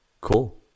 Cool